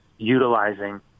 utilizing